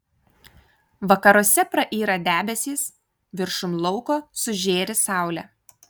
vakaruose prayra debesys viršum lauko sužėri saulė